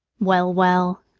well, well,